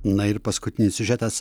na ir paskutinis siužetas